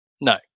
No